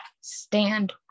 stand